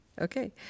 okay